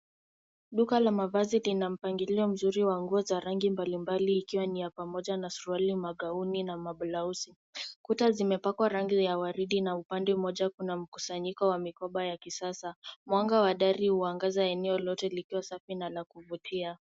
Duka la mavazi lina mpangilio mzuri wa nguo za rangi mbalimbali ikiwa ni ya pamoja na suruali, magauni na mablausi. Kuta zimepakwa rangi ya waridi na upande mmoja kuna mkusanyiko wa mikoba ya kisasa. Mwanga wa dari huangaza eneo lote likiwa safi na la kuvutia.